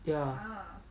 ya